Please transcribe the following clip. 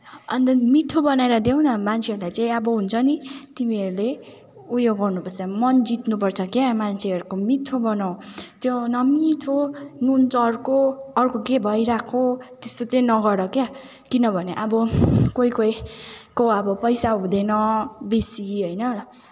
अन्त मिठो बनाएर देऊ न मान्छेहरूलाई चाहिँ अब हुन्छ नि तिमीहरूले उयो गर्नुपर्छ मन जित्नुपर्छ क्या मान्छेहरूको मिठो बनाऊ त्यो नमिठो नुन चर्को अर्को के भइरहेको त्यस्तो चाहिँ नगर क्या किनभने अब कोही कोहीको अब पैसा हुँदैन बेसी होइन